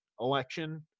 election